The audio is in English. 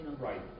Right